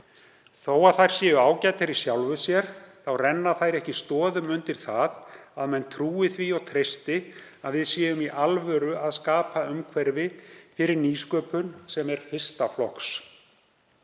Þó að þær séu ágætar í sjálfu sér þá renna þær ekki stoðum undir það að menn trúi því og treysti að við séum í alvöru að skapa umhverfi fyrir nýsköpun sem er fyrsta flokks.